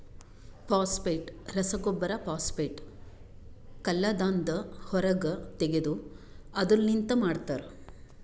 phosphate ರಸಗೊಬ್ಬರ phosphate ಕಲ್ಲದಾಂದ ಹೊರಗ್ ತೆಗೆದು ಅದುರ್ ಲಿಂತ ಮಾಡ್ತರ